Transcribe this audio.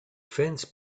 fence